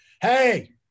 Hey